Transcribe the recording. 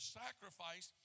sacrifice